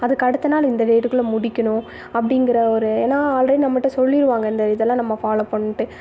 அதுக்கு அடுத்த நாள் இந்த டேட்டுக்குள்ளே முடிக்கணும் அப்படிங்கிற ஒரு ஏன்னா அல்ரெடி நம்மட்டே சொல்லிடுவாங்க இந்த இதெல்லாம் நம்ம ஃபாலோ பண்ணணுன்ட்டு